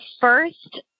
first